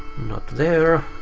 not there.